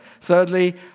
Thirdly